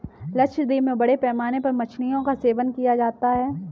लक्षद्वीप में बड़े पैमाने पर मछलियों का सेवन किया जाता है